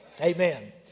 Amen